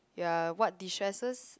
ya what destresses